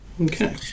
okay